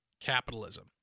capitalism